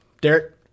Derek